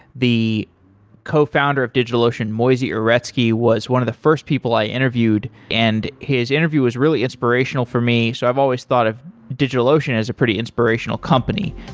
the cofounder of digitalocean, moisey uretsky, was one of the first people i interviewed, and his interview was really inspirational for me. so i've always thought of digitalocean as a pretty inspirational company.